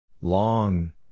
Long